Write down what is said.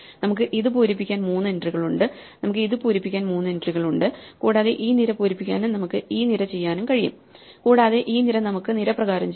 നമുക്ക് ഇത് പൂരിപ്പിക്കാൻ മൂന്ന് എൻട്രികളുണ്ട് നമുക്ക് ഇത് പൂരിപ്പിക്കാൻ മൂന്ന് എൻട്രികളുണ്ട് കൂടാതെ ഈ നിര പൂരിപ്പിക്കാനും നമുക്ക് ഈ നിര ചെയ്യാനും കഴിയും കൂടാതെ ഈ നിര നമുക്ക് നിര പ്രകാരം ചെയ്യാം